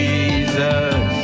Jesus